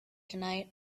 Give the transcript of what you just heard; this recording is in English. tonight